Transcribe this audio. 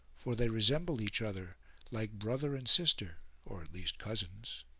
for they resemble each other like brother and sister or at least cousins.